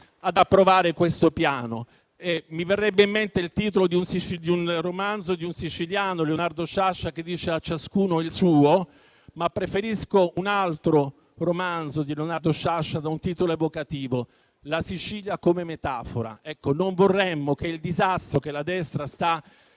ad approvare questo piano. Mi verrebbe in mente il titolo di un romanzo di un siciliano, Leonardo Sciascia, intitolato «A ciascuno il suo», ma preferisco un altro suo romanzo da un titolo evocativo, «La Sicilia come metafora». Non vorremmo che il disastro che la Destra sta